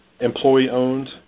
employee-owned